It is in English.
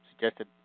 suggested